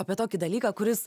apie tokį dalyką kuris